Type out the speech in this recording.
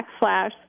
backslash